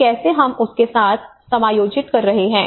तो कैसे हम उस के साथ समायोजित कर रहे हैं